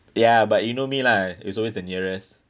ya but you know me lah it's always the nearest